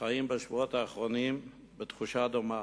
חיים בשבועות האחרונים בתחושה דומה.